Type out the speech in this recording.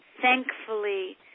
thankfully